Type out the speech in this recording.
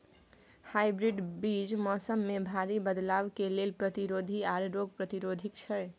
hybrid बीज मौसम में भारी बदलाव के लेल प्रतिरोधी आर रोग प्रतिरोधी छै